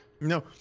no